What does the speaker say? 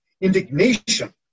indignation